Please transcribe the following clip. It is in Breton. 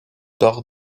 deocʼh